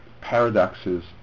paradoxes